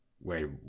Wait